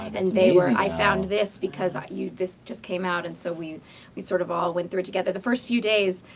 and, they were i found this because of you this just came out. and so we we sort of all went through it together. the first few days,